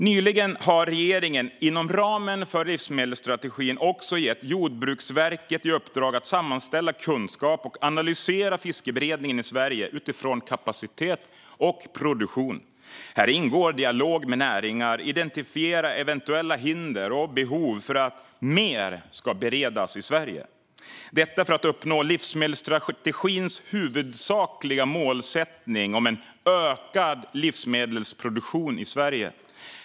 Nyligen har regeringen, inom ramen för livsmedelsstrategin, också gett Jordbruksverket i uppdrag att sammanställa kunskap och analysera fiskberedningen i Sverige utifrån kapacitet och produktion. Här ingår dialog med näringar och att identifiera eventuella hinder och behov för att mer ska beredas i Sverige, detta för att uppnå livsmedelsstrategins huvudsakliga målsättning om en ökad livsmedelsproduktion i Sverige.